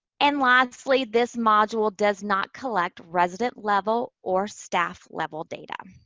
and lastly, this module does not collect resident level or staff level data.